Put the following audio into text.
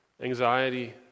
anxiety